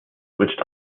switched